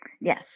Yes